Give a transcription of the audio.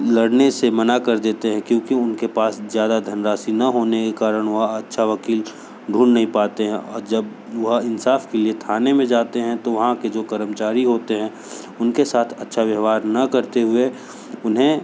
लड़ने से मना कर देते हैं क्योंकि उनके पास ज़्यादा धन राशि ना होने के कारण वो अच्छा वकील ढूंढ नहीं पाते हैं और जब वह इंसाफ़ के लिए थाने में जाते हैं तो वहाँ के जो कर्मचारी होते हैं उनके साथ अच्छा व्यवहार ना करते हुए उन्हें